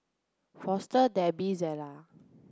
Foster Debbi Zela